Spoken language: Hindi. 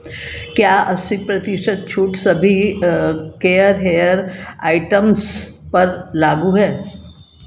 क्या अस्सी प्रतिशत छूट सभी हेयरकेयर आइटम्स पर लागू है